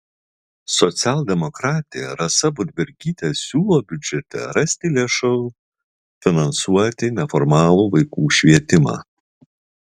socialdemokratė rasa budbergytė siūlo biudžete rasti lėšų finansuoti neformalų vaikų švietimą